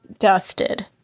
dusted